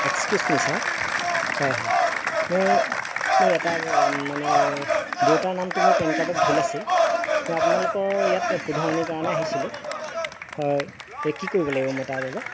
excuse me sir হয় হয় মই মোৰ এটা মানে দেউতাৰ নামটো মোৰ পেন কাৰ্ডত ভুল আছিল মই আপোনালোকৰ ইয়াত শুধৰণিৰ কাৰণে আহিছিলোঁ হয় এই কি কৰিব মই লাগিব তাৰবাবে